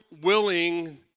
willing